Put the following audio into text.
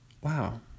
Wow